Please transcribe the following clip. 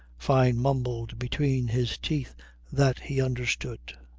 fyne mumbled between his teeth that he understood.